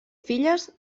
filles